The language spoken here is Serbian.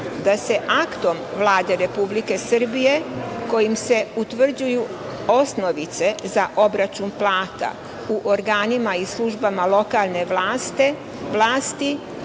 da se Aktom Vlade Republike Srbije kojim se utvrđuju osnovice za obračun plata u organima i službama lokalne vlasti